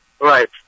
Right